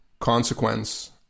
consequence